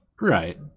Right